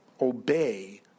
obey